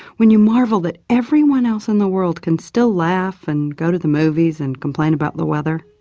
when you marvel that everyone else in the world can still laugh and go to the movies and complain about the weather